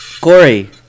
Corey